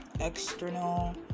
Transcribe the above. external